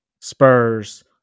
Spurs